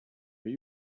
are